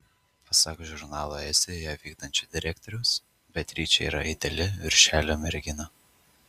pasak žurnalo estijoje vykdančiojo direktoriaus beatričė yra ideali viršelio mergina